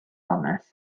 onest